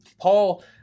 Paul